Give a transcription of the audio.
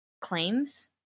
claims